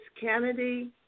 Kennedy